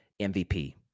MVP